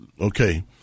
okay